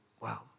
Wow